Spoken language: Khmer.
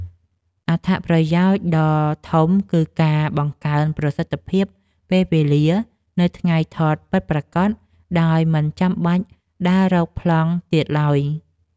អត្ថប្រយោជន៍ដ៏ធំគឺការបង្កើនប្រសិទ្ធភាពពេលវេលានៅថ្ងៃថតពិតប្រាកដ ដោយមិនចាំបាច់ដើររកប្លង់ទៀតឡើយ។